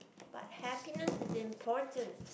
but happiness is important